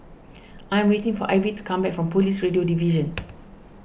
I am waiting for Ivy to come back from Police Radio Division